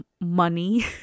money